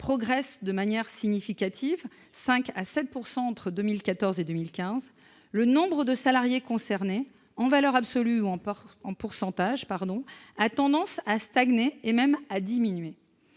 progressent de manière significative- de 5 % à 7 % entre 2014 et 2015 -, le nombre de salariés concernés a tendance, en valeur absolue ou en pourcentage, à stagner et même à diminuer.